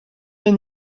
and